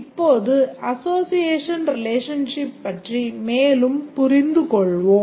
இப்போது association relationship பற்றி மேலும் புரிந்துகொள்வோம்